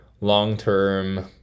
long-term